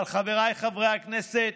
אבל, חבריי חברי הכנסת,